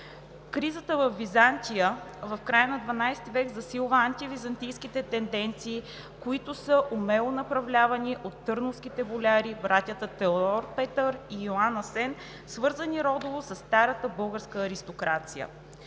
кризата във Византия засилва антивизантийските тенденции, които са умело направлявани от търновските боляри – братята Теодор (Петър) и Йоан Асен, свързани родово със старата българска аристокрация.